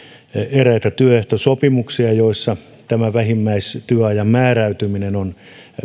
eräitä työehtosopimuksia joissa tämä vähimmäistyöajan määräytyminen on